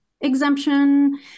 exemption